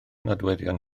nodweddion